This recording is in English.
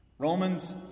Romans